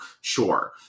sure